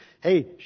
hey